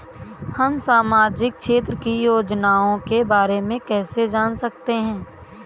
हम सामाजिक क्षेत्र की योजनाओं के बारे में कैसे जान सकते हैं?